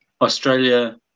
Australia